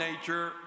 nature